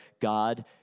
God